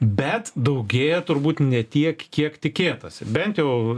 bet daugėja turbūt ne tiek kiek tikėtasi bent jau